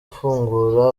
afungura